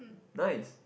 nice